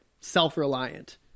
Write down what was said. self-reliant